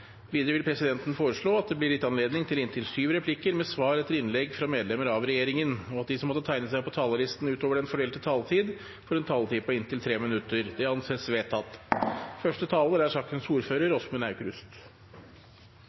Videre vil presidenten foreslå at det blir gitt anledning til inntil syv replikker med svar etter innlegg fra medlemmer av regjeringen, og at de som måtte tegne seg på talerlisten utover den fordelte taletid, får en taletid på inntil 3 minutter. – Det anses vedtatt. Vi behandler i dag to saker. Den ene er